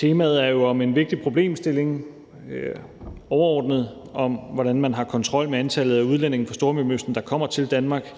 Det er jo om en vigtig problemstilling, som overordnet handler om, hvordan man har kontrol med antallet af udlændinge fra Stormellemøsten, der kommer til Danmark,